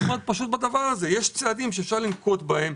יש צעדים שאפשר לנקוט בהם,